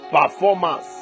performance